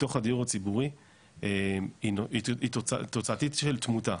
בתוך הדיור הציבורי היא תוצאתית של תמותה.